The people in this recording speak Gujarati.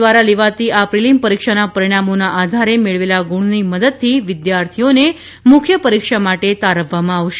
દ્વારા લેવાતી આ પ્રિલીમ પરીક્ષાના પરિણામોના આધારે મેળવેલા ગુણની મદદથી વિદ્યાર્થીઓને મુખ્ય પરીક્ષા માટે તારવવામાં આવશે